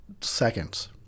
seconds